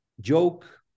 joke